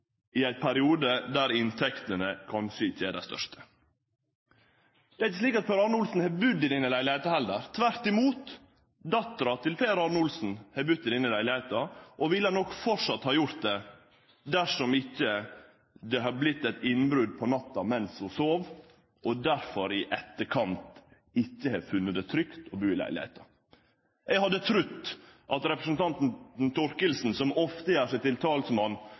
i ein periode der inntektene kanskje ikkje er dei største. Det er ikkje slik at Per Arne Olsen har budd i denne leilegheita, heller. Tvert imot, dottera til Per Arne Olsen har budd i denne leilegheita, og ville nok framleis ha budd der dersom det ikkje hadde vore eit innbrot på natta mens ho sov og at ho derfor i etterkant ikkje har funne det trygt å bu i leilegheita. Eg hadde trudd at representanten Thorkildsen, som ofte gjer seg til talsmann